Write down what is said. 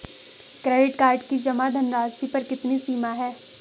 Credit card की जमा धनराशि पर कितनी सीमा है?